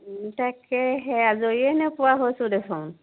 তাকে সেই আজৰিয়ে নোপোৱা হৈছোঁ দেখোন